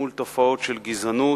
מול תופעות של גזענות.